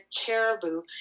caribou